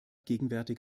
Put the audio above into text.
gegenwärtig